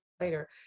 later